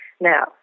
Now